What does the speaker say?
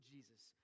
Jesus